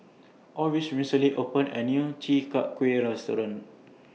Oris recently opened A New Chi Kak Kuih Restaurant